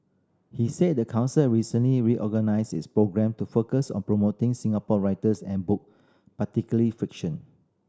he said the council recently reorganised its programme to focus on promoting Singapore writers and book particularly fiction